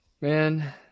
man